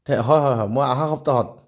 হয় হয় হয় মই অহা সপ্তাহত